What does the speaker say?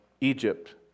Egypt